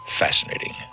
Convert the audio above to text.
fascinating